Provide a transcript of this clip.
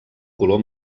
color